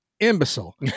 Imbecile